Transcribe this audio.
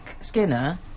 Skinner